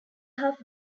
half